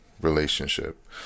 relationship